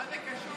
מה זה קשור?